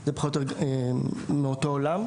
זה פחות או יותר מאותו עולם.